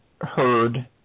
heard